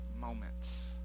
moments